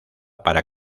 para